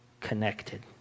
connected